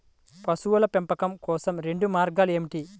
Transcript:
పశువుల పెంపకం కోసం రెండు మార్గాలు ఏమిటీ?